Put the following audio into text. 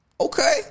Okay